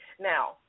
Now